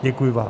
Děkuji vám.